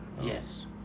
Yes